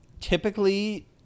typically